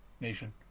Nation